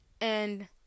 and-